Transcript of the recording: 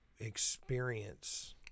Experience